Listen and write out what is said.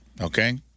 Okay